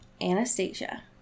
Anastasia